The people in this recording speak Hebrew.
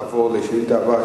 נעבור לשאילתא הבאה,